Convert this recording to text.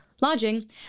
lodging